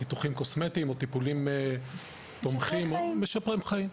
ניתוחים קוסמטיים או טיפולים תומכים, משפרי חיים,